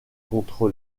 contre